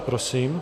Prosím.